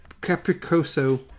Capricoso